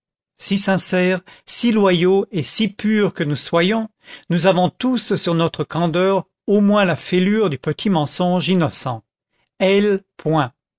si sincères si loyaux et si purs que nous soyons nous avons tous sur notre candeur au moins la fêlure du petit mensonge innocent elle point